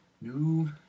New